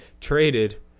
traded